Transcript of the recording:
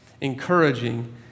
encouraging